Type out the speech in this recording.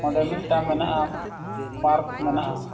ᱚᱸᱰᱮ ᱢᱤᱫᱴᱟᱝ ᱢᱮᱱᱟᱜᱼᱟ ᱯᱟᱨᱠ ᱢᱮᱱᱟᱜᱼᱟ